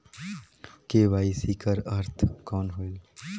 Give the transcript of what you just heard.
KYC कर अर्थ कौन होएल?